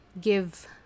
give